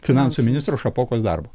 finansų ministro šapokos darbu